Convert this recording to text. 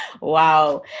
Wow